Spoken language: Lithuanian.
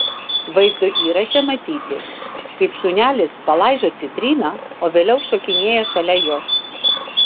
vaizdo įraše matyti kaip šunelis palaižo citriną o vėliau šokinėja šalia jos